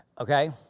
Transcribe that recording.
okay